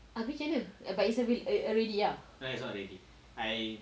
habis macam mana but is ready is ready ah